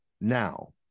now